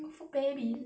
beautiful baby